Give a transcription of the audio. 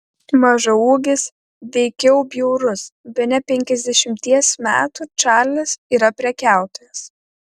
mažaūgis veikiau bjaurus bene penkiasdešimties metų čarlis yra prekiautojas